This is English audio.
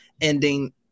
ending